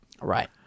Right